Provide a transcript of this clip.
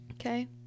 Okay